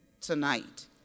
tonight